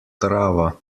trava